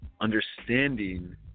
Understanding